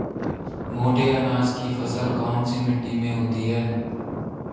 मोटे अनाज की फसल कौन सी मिट्टी में होती है?